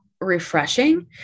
refreshing